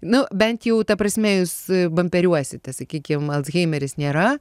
nu bent jau ta prasme jūs bamperiuosite sakykim alzheimeris nėra